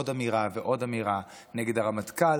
עוד אמירה ועוד אמירה נגד הרמטכ"ל